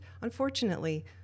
unfortunately